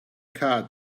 card